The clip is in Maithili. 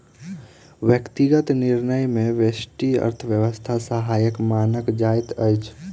व्यक्तिगत निर्णय मे व्यष्टि अर्थशास्त्र सहायक मानल जाइत अछि